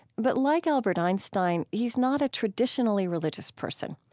but like albert einstein, he's not a traditionally religious person.